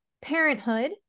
parenthood